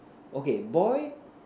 okay boy